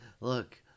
look